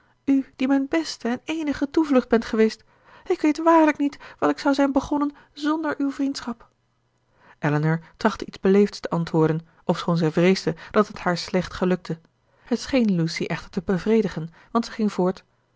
u ziek werdt u die mijn beste en eenige toevlucht bent geweest ik weet waarlijk niet wat ik zou zijn begonnen zonder uw vriendschap elinor trachtte iets beleefds te antwoorden ofschoon zij vreesde dat het haar slecht gelukte het scheen lucy echter te bevredigen want zij ging voort